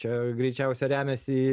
čia greičiausia remiasi